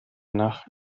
nach